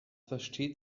versteht